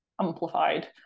amplified